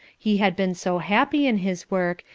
he had been so happy in his work,